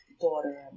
daughter